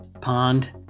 Pond